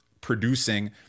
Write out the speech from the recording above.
producing